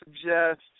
suggest